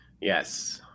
yes